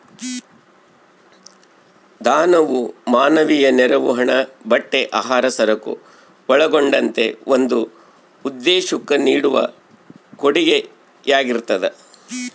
ದಾನವು ಮಾನವೀಯ ನೆರವು ಹಣ ಬಟ್ಟೆ ಆಹಾರ ಸರಕು ಒಳಗೊಂಡಂತೆ ಒಂದು ಉದ್ದೇಶುಕ್ಕ ನೀಡುವ ಕೊಡುಗೆಯಾಗಿರ್ತದ